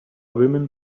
women